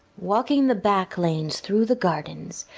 walking the back-lanes, through the gardens,